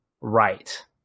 right